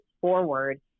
forward